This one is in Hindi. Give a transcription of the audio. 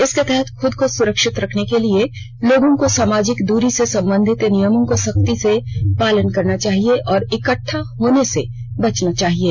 इसके तहत खुद को सुरक्षित रखने के लिये लोगों को सामाजिक दूरी से सम्बन्धित नियमों को सख्ती से पालन करना चाहिये और इकट्ठा होने से बचना चाहिये